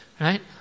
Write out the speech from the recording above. Right